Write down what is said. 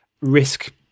risk